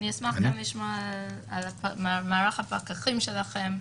אני אשמח לשמוע גם על מערך הפקחים שלכם.